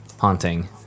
haunting